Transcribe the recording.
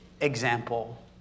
example